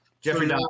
Jeffrey